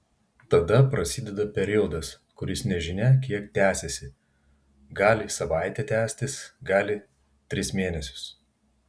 tada prasideda periodas kuris nežinia kiek tęsiasi gali savaitę tęstis gali tris mėnesius